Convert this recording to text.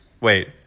Wait